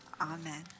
Amen